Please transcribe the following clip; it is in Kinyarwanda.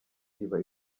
iba